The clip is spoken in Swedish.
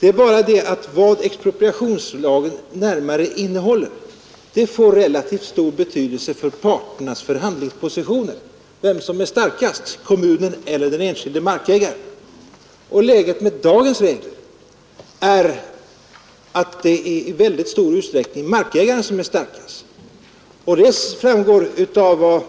Det är bara det att vad expropriationslagen innehåller får relativt stor betydelse för parternas förhandlingspositioner, för vem som skall vara starkast, kommunen eller den enskilde markägaren. Med dagens regler är läget det, att markägaren i mycket stor utsträckning är starkast. Av vad